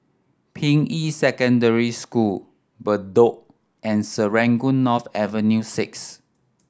Ping Yi Secondary School Bedok and Serangoon North Avenue Six